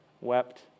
wept